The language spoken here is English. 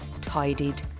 tidied